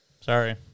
Sorry